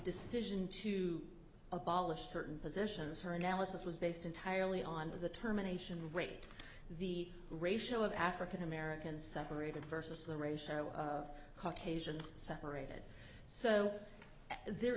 decision to abolish certain positions her analysis was based entirely on the terminations rate the ratio of african americans separated versus the ratio of caucasians separated so there